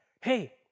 Hey